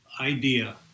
idea